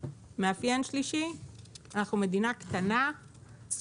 המאפיין השלישי הוא שאנחנו מדינה קטנה וצפופה,